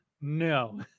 No